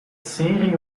serie